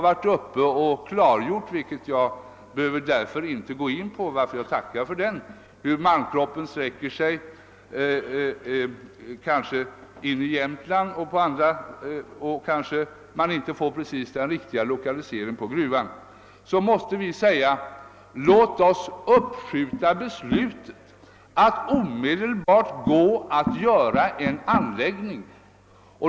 Vissa indikationer från SGU tyder nämligen på att så kanske inte var fallet. Malmkroppen sträcker sig vidare in i Jämtland. Herr Sundman har redan redogjort för detta, varför jag inte behöver gå in på det — jag tackar för den redogörelsen. Vi var därför tvungna att säga oss: Låt oss uppskjuta beslutet att sätta i gång denna anläggning!